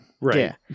Right